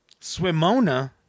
Swimona